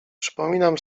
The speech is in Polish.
przypominam